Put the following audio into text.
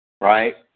right